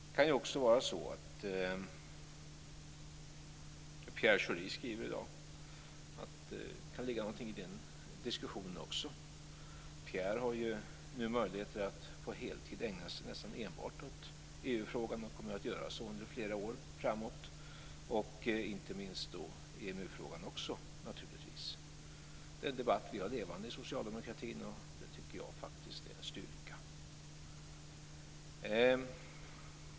Det kan ju också vara så, som Pierre Schori skriver i dag, att det kan ligga något även i den diskussionen. Pierre har nu möjligheter att på heltid ägna sig nästan enbart åt EU frågan och kommer att göra så under flera år framåt, inte minst åt EMU-frågan. Det är en debatt vi har levande i socialdemokratin, och det tycker jag faktiskt är en styrka.